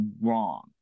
wrong